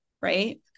Right